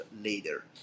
later